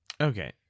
okay